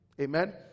Amen